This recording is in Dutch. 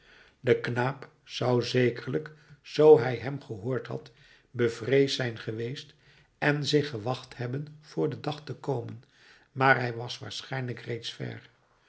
de knaap zou zekerlijk zoo hij hem gehoord had bevreesd zijn geweest en zich gewacht hebben voor den dag te komen maar hij was waarschijnlijk reeds ver